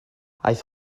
aeth